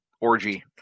orgy